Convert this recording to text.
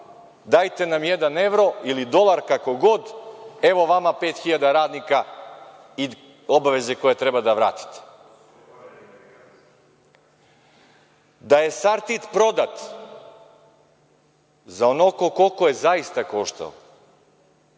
dajte nam jedan evro ili dolar, kako god, evo vama 5.000 radnika i obaveze koje treba da vratite. Da je „Sartid“ prodat za onoliko koliko je zaista koštao,